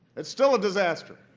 it's still a disaster.